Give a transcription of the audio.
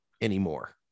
anymore